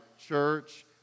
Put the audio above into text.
church